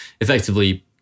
effectively